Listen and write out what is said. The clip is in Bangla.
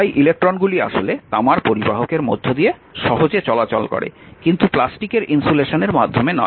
তাই ইলেকট্রনগুলি আসলে তামার পরিবাহকের মধ্য দিয়ে সহজে চলাচল করে কিন্তু প্লাস্টিকের ইন্সুলেশনের মাধ্যমে নয়